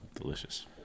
delicious